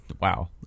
wow